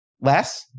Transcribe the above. less